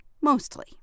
mostly